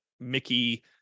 Mickey